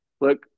Look